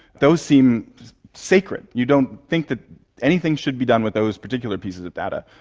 those seem sacred. you don't think that anything should be done with those particular pieces of data.